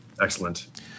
Excellent